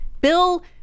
Bill